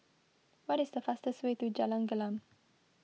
what is the fastest way to Jalan Gelam